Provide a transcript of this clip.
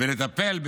ולטפל,